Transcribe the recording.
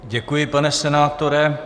Děkuji, pane senátore.